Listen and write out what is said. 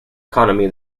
economy